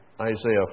Isaiah